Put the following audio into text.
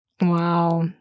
Wow